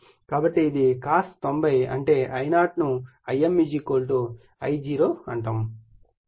కాబట్టి ఇది cos 90 అంటే I0 ను Im I0 అంటారు అది cos 90 ∅0 అవుతుంది